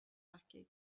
vacker